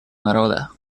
народа